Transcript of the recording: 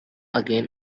again